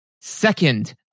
second